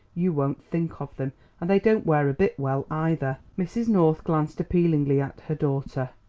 you won't think of them and they don't wear a bit well, either. mrs. north glanced appealingly at her daughter.